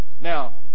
Now